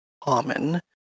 common